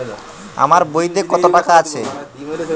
আমার বইতে কত টাকা আছে?